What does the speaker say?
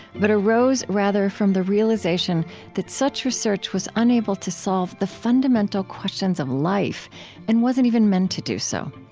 but arose rather from the realization that such research was unable to solve the fundamental questions of life and wasn't even meant to do so.